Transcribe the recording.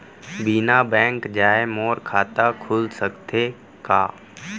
बिना बैंक जाए मोर खाता खुल सकथे का?